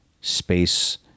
space